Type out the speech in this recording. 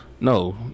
No